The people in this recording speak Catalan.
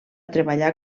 treballar